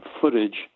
footage